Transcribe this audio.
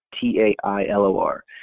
T-A-I-L-O-R